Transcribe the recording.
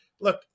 look –